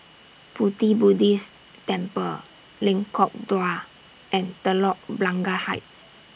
Pu Ti Buddhist Temple Lengkok Dua and Telok Blangah Heights